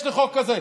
יש את החוק הזה.